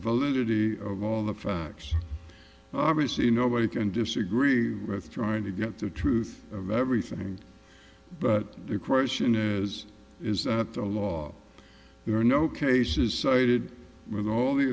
validity of all the facts obviously nobody can disagree with trying to get the truth of everything but the question is is that the law there are no cases cited with all the